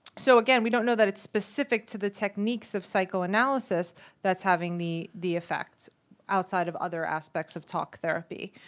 so again, we don't know that it's specific to the techniques of psychoanalysis that's having the the effect, outside of other aspects of talk therapy.